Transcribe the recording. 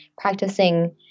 practicing